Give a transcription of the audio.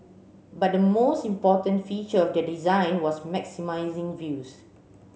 but the most important feature of their design was maximising views